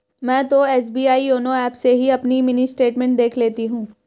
मैं तो SBI YONO app से ही अपनी मिनी स्टेटमेंट देख लेती हूँ